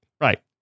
Right